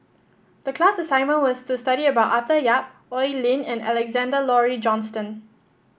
the class assignment was to study about Arthur Yap Oi Lin and Alexander Laurie Johnston